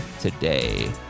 today